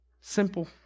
simple